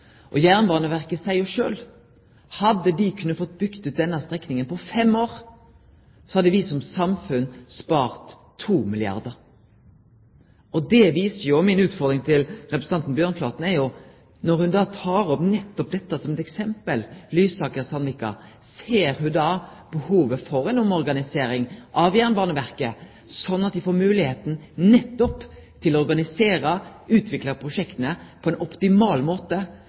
Jernbaneverket seier sjølv at hadde dei fått bygd denne strekninga på fem år, hadde me som samfunn spart 2 milliardar kr. Utfordringa mi til representanten Bjørnflaten er at når ho tek opp nettopp Lysaker–Sandvika som eksempel, ser ho da behovet for ei omorganisering av Jernbaneverket, slik at dei får moglegheit nettopp til å organisere og utvikle prosjekta på ein optimal måte,